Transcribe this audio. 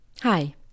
Hi